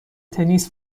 تنیس